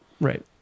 Right